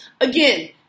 again